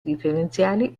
differenziali